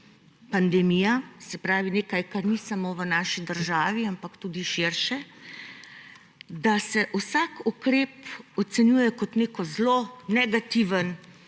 pandemija, se pravi nekaj, kar ni samo v naši državi, ampak tudi širše, da se vsak ukrep ocenjuje kot neko zlo, negativen,